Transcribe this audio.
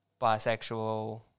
bisexual